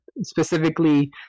specifically